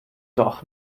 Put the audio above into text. doch